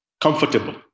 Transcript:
comfortable